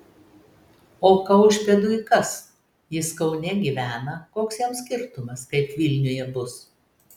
o kaušpėdui kas jis kaune gyvena koks jam skirtumas kaip vilniuje bus